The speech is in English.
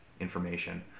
Information